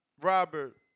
Robert